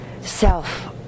self